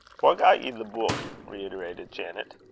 gat ye the beuk? reiterated janet.